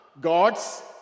god's